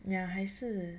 ya 还是